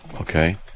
okay